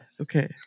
Okay